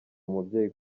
mubyeyi